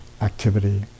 activity